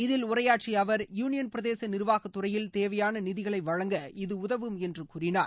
இதில் உரையாற்றிய அவர் யூனியன் பிரதேச நிர்வாகத் துறையில் தேவையான நீதிகளை வழங்க இது உதவும் என்று கூறினார்